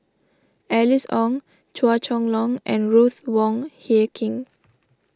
Alice Ong Chua Chong Long and Ruth Wong Hie King